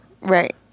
Right